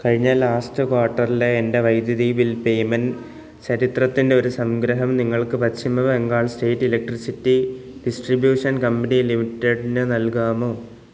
കഴിഞ്ഞ ലാസ്റ്റ് ക്വാർട്ടർലെ എന്റെ വൈദ്യുതി ബിൽ പേയ്മെൻറ്റ് ചരിത്രത്തിന്റെ ഒരു സംഗ്രഹം നിങ്ങൾക്ക് Paschim Bengal state electricity distribution company ലിമിറ്റഡ്ന് നൽകാമോ